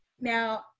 Now